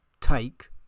take